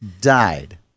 died